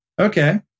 Okay